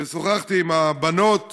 ושוחחתי עם הבנות